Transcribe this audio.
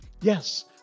Yes